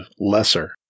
lesser